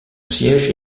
siège